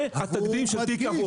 זה התקדים של התיק.